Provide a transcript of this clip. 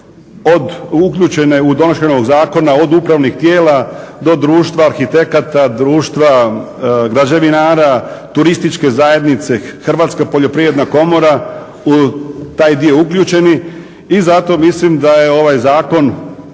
uključene u donošenje ovog zakona od upravnih tijela do Društva arhitekata, Društva građevinara, turističke zajednice, Hrvatska poljoprivredna komora u taj dio uključeni i zato mislim da je ovaj zakon